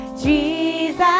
jesus